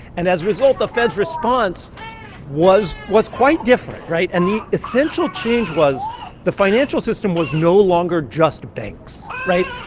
and as a result, the fed's response was was quite different, right? and the essential change was the financial system was no longer just banks, right?